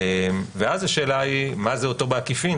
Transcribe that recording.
ואז השאלה היא, מה זה "בעקיפין"?